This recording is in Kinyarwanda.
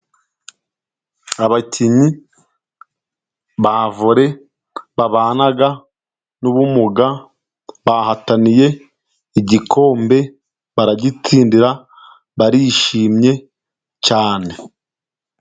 Abakinnyi ba vore babana n'ubumuga, bahataniye igikombe baragitsindira, barishimye cyane.